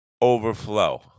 overflow